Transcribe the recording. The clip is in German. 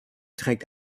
trägt